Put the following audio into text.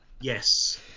yes